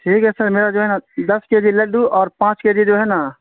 ٹھیک ہے سر میرا جو ہے نا دس کے جی لڈو اور پانچ کے جی جو ہے نا